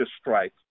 strike